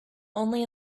only